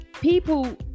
People